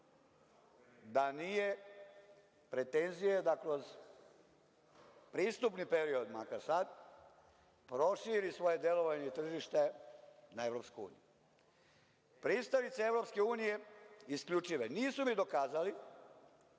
da nije pretenzije da kroz pristupni period, makar sad proširi svoje delovanje i tržište na EU. Pristalice EU, isključive, nisu mi dokazali